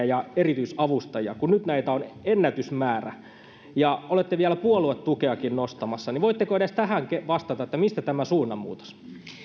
ja erityisavustajia kun näitä nyt on ennätysmäärä ja olette vielä puoluetukeakin nostamassa niin voitteko edes tähän vastata että mistä tämä suunnanmuutos